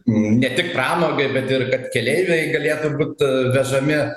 ne tik pramogai bet ir kad keleiviai galėtų būt vežami